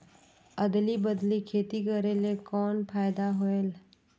अदली बदली खेती करेले कौन फायदा होयल?